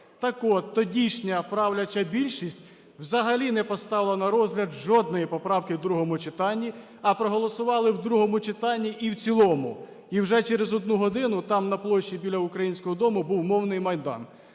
Так от, тодішня правляча більшість взагалі не поставила на розгляд жодної поправки в другому читанні, а проголосували в другому читанні і в цілому. І вже через одну годину там, на площі біля Українського дому, був "мовний майдан".